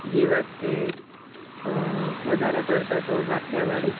જેવા કે વધારે પડતાં તો કાઠીયાવાડી